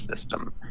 system